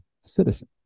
citizen